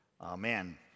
Amen